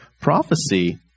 prophecy